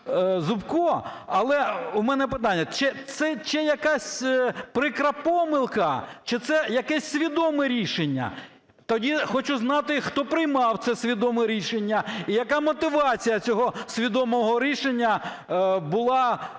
Зубко, але у мене питання. Чи це якась прикра помилка, чи це якесь свідоме рішення? Тоді хочу знати, хто приймав це свідоме рішення? І яка мотивація цього свідомого рішення була,